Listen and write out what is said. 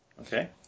Okay